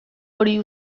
hori